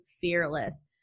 fearless